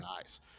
guys